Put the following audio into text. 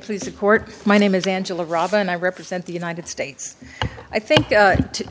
please the court my name is angela robb and i represent the united states i think